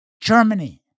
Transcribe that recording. Germany